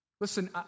listen